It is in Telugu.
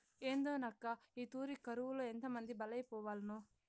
ఏందోనక్కా, ఈ తూరి కరువులో ఎంతమంది బలైపోవాల్నో